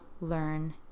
learn